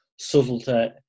subtlety